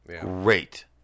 great